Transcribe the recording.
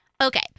Okay